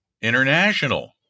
international